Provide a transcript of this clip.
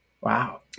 Wow